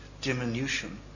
diminution